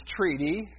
treaty